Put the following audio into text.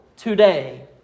Today